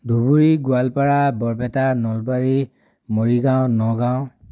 Dhubri Goalpara Barpeta Nalbari Morigaon Nagaon